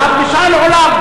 לא משאל עם, משאל עולם.